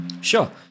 Sure